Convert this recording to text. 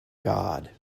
god